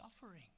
suffering